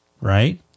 right